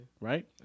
right